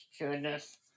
goodness